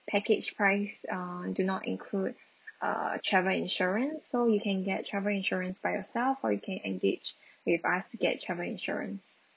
package price um do not include err travel insurance so you can get travel insurance by yourself or you can engage with us to get travel insurance